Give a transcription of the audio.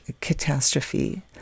catastrophe